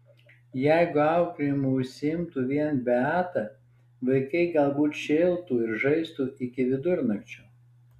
jeigu auklėjimu užsiimtų vien beata vaikai galbūt šėltų ir žaistų iki vidurnakčio